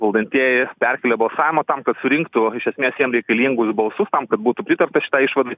valdantieji perkėlė balsavimą tam kad surinktų iš esmės jiem reikalingus balsus tam kad būtų pritarta šitai išvadai